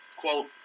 quote